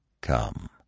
Come